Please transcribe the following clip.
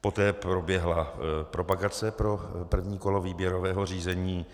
Poté proběhla propagace pro první kolo výběrového řízení